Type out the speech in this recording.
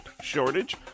shortage